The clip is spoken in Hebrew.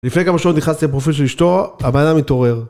לפני כמה שעות נכנסתי לפרופיל של אשתו, הבן אדם מתעורר.